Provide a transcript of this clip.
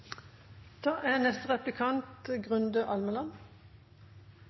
Da har representanten Grunde Almeland